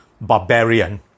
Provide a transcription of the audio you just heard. barbarian